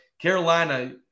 Carolina